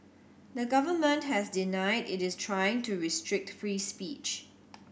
the government has denied it is trying to restrict free speech